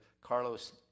Carlos